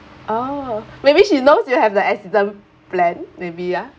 oh maybe she knows you have the accident plan maybe ah